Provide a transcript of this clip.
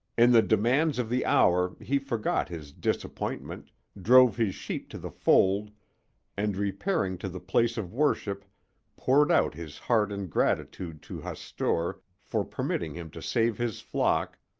in the demands of the hour he forgot his disappointment, drove his sheep to the fold and repairing to the place of worship poured out his heart in gratitude to hastur for permitting him to save his flock,